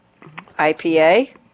IPA